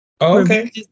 Okay